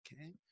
okay